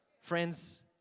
Friends